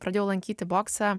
pradėjau lankyti boksą